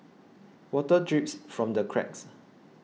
water drips from the cracks